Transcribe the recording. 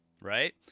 right